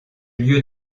lieu